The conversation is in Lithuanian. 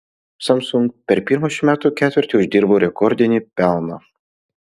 samsung per pirmą šių metų ketvirtį uždirbo rekordinį pelną